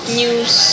news